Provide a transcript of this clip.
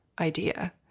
idea